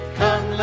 come